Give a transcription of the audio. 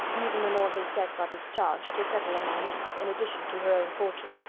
even when all his debts are discharged, to settle on my niece, in addition to her own fortune.